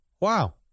Wow